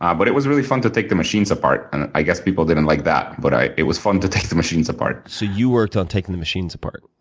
um but it was really fun to take the machines apart, and i guess people didn't like that. but it was fun to take the machines apart. so you worked on taking the machines apart?